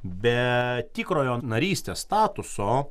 be tikrojo narystės statuso